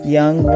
young